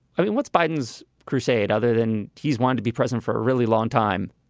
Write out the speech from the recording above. i mean, what's biden's crusade other than he's want to be present for a really long time,